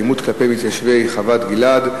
אלימות כלפי מתיישבי חוות-גלעד,